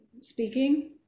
speaking